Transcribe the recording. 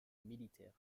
militaire